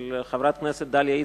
של חברת הכנסת דליה איציק,